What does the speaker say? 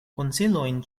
konsilojn